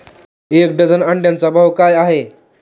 एक डझन अंड्यांचा भाव काय आहे?